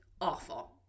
awful